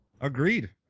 Agreed